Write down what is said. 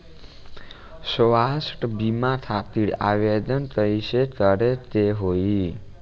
स्वास्थ्य बीमा खातिर आवेदन कइसे करे के होई?